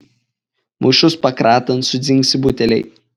maišus pakratant sudzingsi buteliai